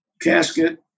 casket